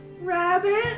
Rabbit